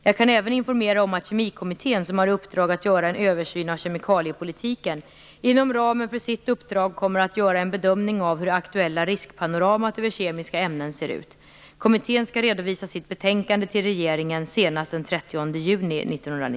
Jag kan även informera om att Kemikommittén, som har i uppdrag att göra en översyn av kemikaliepolitiken, inom ramen för sitt uppdrag kommer att göra en bedömning av hur det aktuella riskpanoramat över kemiska ämnen ser ut. Kommittén skall redovisa sitt betänkande till regeringen senast den 30 juni